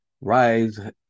Rise